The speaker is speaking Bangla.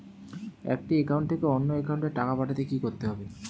একটি একাউন্ট থেকে অন্য একাউন্টে টাকা পাঠাতে কি করতে হবে?